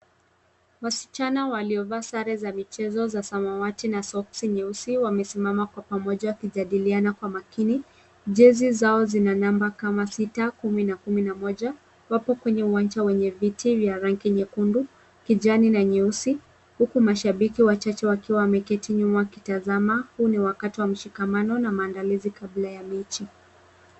Wasichana waliovaa sare za michezo za samawati na soksi nyeusi wamesimama pamoja wakijadiliana kwa umakini. Jezi zao zina namba kama sita, kumi na kumi na moja. Wapo kwenye uwanja wenye viti vya rangi nyekundu, kijani na nyeusi huku mashabiki wachache wakiwa wameketi nyuma wakitazama. Huu ni wakati wa mshikamano na maandalizi kabla ya mechi.